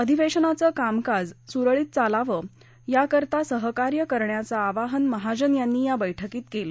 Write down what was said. अधिवेशनाचं कामकाज सुरळीत चालावं याकरता सहकार्य करण्याचं आवाहन महाजन यांनी या बैठकीत केलं